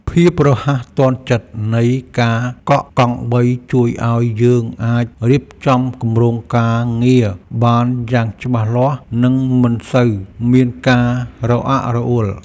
ភាពរហ័សទាន់ចិត្តនៃការកក់កង់បីជួយឱ្យយើងអាចរៀបចំគម្រោងការងារបានយ៉ាងច្បាស់លាស់និងមិនសូវមានការរអាក់រអួល។